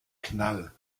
knall